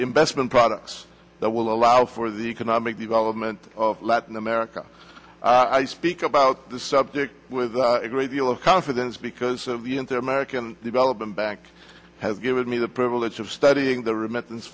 investment products that will allow for the economic development of latin america i speak about this subject with a great deal of confidence because their american development bank has given me the privilege of studying the remittance